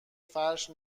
فرش